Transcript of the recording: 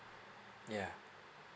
yeah